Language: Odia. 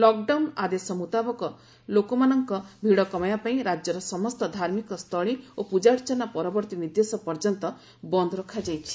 ଲକଡାଉନ ଆଦେଶ ମ୍ରତାବକ ଲୋକମାନଙ୍କ ଭିଡ଼ କମାଇବା ପାଇଁ ରାଜ୍ୟର ସମସ୍ତ ଧାର୍ମିକସ୍ଥଳୀ ଓ ପୂଜାର୍ଚ୍ଚନା ପରବର୍ତ୍ତୀ ନିର୍ଦ୍ଦେଶ ପର୍ଯ୍ୟନ୍ତ ବନ୍ଦ ରଖାଯାଇଛି